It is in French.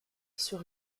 sur